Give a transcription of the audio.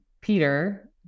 Peter